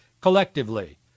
collectively